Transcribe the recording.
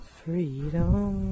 freedom